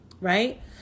right